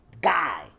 Guy